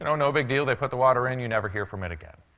and no big deal. they put the water in. you never hear from it again.